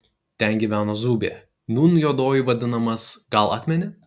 ten gyveno zūbė nūn juoduoju vadinamas gal atmeni